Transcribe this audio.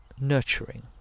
nurturing